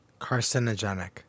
carcinogenic